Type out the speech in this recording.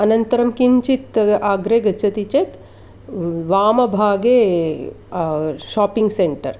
अनन्तरं किञ्चित् अ अग्रे गच्छति चेत् व् वामभागे शोपिङ्ग् सेण्टर्